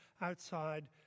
outside